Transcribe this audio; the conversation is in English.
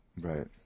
right